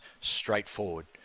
straightforward